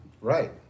right